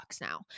now